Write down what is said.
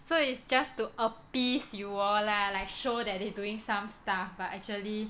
so it's just to appease you all lah like show that they doing some stuff but actually